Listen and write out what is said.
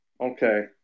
Okay